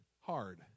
hard